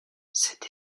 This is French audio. cette